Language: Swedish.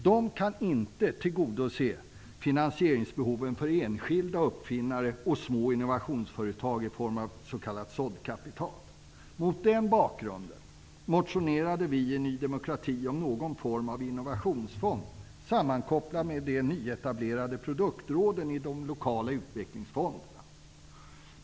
De kan inte tillgodose finansieringsbehoven för enskilda uppfinnare och små innovationsföretag i form av s.k. såddkapital. Mot den bakgrunden motionerade vi i Ny demokrati om någon form av innovationsfond sammankopplad med de nyetablerade produktråden i de lokala utvecklingsfonderna.